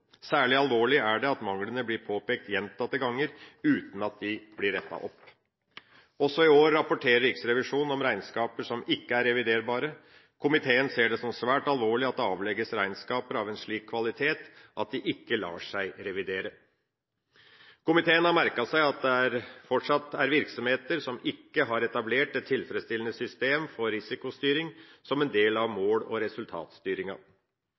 Særlig alvorlig er det at manglene blir påpekt gjentatte ganger, uten at de blir rettet opp. Også i år rapporterer Riksrevisjonen om regnskaper som ikke er reviderbare. Komiteen ser det som svært alvorlig at det avlegges regnskaper av en slik kvalitet at de ikke lar seg revidere. Komiteen har merket seg at det fortsatt er virksomheter som ikke har etablert et tilfredsstillende system for risikostyring som en del av mål- og resultatstyringa.